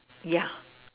ya